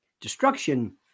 Destruction